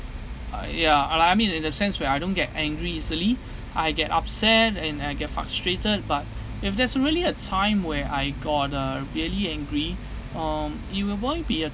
uh ya all I mean in a sense where I don't get angry easily I get upset and I get frustrated but if there's really a time where I got uh really angry um you be a